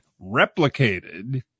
replicated